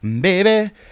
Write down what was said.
baby